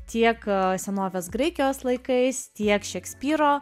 tiek senovės graikijos laikais tiek šekspyro